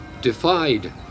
defied